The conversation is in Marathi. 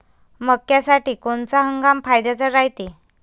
मक्क्यासाठी कोनचा हंगाम फायद्याचा रायते?